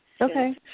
Okay